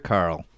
Carl